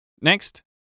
Next